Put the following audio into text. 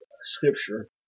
scripture